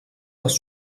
les